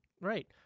right